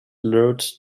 lured